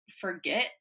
forget